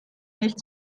nicht